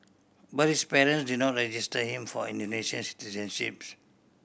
but his parents did not register him for Indonesian